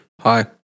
Hi